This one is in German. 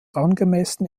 angemessen